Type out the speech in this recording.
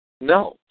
No